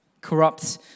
corrupt